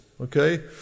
okay